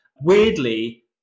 weirdly